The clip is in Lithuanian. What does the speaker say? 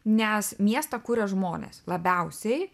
nes miestą kuria žmonės labiausiai